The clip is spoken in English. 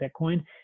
Bitcoin